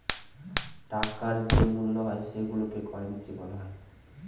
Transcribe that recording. টাকার যে মূল্য হয় সেইগুলোকে কারেন্সি বলা হয়